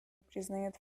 признают